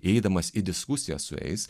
įeidamas į diskusiją su eis